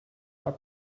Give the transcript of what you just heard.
are